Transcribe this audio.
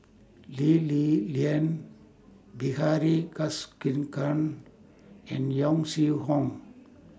Lee Li Lian Bilahari Kausikan and Yong Shu Hoong